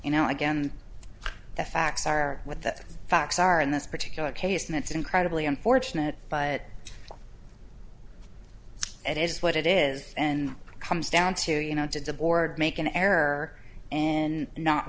you know again the facts are what the facts are in this particular case and it's incredibly unfortunate but it is what it is and comes down to you know did the board make an error and not